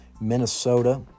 Minnesota